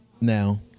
now